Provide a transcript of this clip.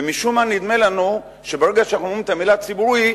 ומשום מה נדמה לנו שברגע שאנחנו אומרים את המלה "ציבורי",